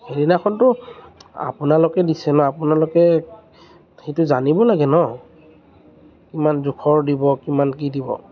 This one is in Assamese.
সেইদিনাখনতো আপোনালোকে দিছে ন আপোনালোকে সেইটো জানিব লাগে ন কিমান জোখৰ দিব কিমান কি দিব